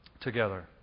together